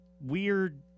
weird